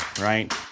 right